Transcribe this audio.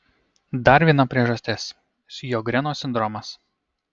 dar viena priežastis sjogreno sindromas